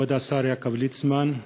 כבוד השר יעקב ליצמן,